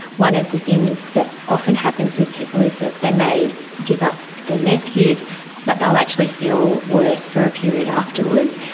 one of the things that often happens with people is that they may give up their meth use but they will actually feel worse for a period afterwards.